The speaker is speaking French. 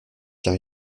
car